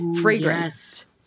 fragrance